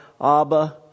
Abba